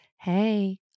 hey